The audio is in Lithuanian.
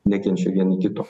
nekenčia vieni kito